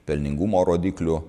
pelningumo rodiklių